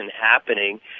happening